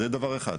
זה דבר אחד.